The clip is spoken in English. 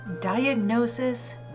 diagnosis